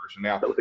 now